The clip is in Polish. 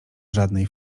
żadnej